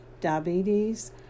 diabetes